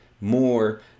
more